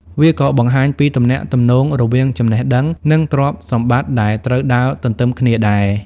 វាក៏បង្ហាញពីទំនាក់ទំនងរវាង ចំណេះដឹង និងទ្រព្យសម្បត្តិ ដែលត្រូវដើរទន្ទឹមគ្នាដែរ។